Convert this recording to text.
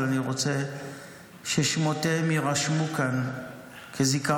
אבל אני רוצה ששמותיהם יירשמו כאן לזיכרון